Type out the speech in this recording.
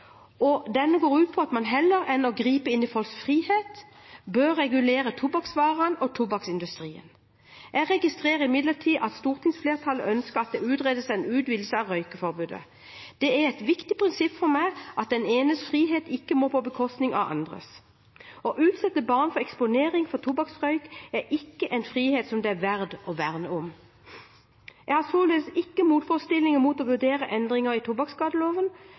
at denne friheten er begrenset av en sterk fysisk og psykisk avhengighet. De fleste begynner med tobakk som mindreårige og forstår ikke konsekvensene av sine valg. Som folkehelseminister forvalter jeg regjeringens tobakkspolitikk, og den går ut på at man heller enn å gripe inn i folks frihet bør regulere tobakksvarene og tobakksindustrien. Jeg registrerer imidlertid at stortingsflertallet ønsker at det utredes en utvidelse av røykeforbudet. Det er et viktig prinsipp for meg at den enes frihet ikke går på bekostning av andres. Å utsette og eksponere barn for